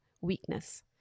weakness